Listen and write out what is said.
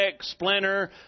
splinter